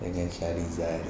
dengan shahrizal